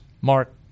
Mark